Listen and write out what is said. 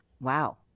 Wow